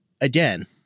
again